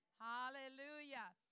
Hallelujah